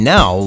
Now